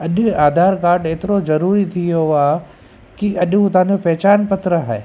अॼु आधार कार्ड एतिरो ज़रूरी थी वियो आ्हे कि अॼु उहो तव्हांजो पहचान पत्र आहे